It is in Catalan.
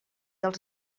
els